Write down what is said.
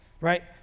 right